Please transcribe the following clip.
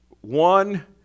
One